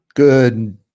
Good